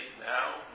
now